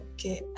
Okay